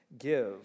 give